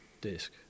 disc